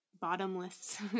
bottomless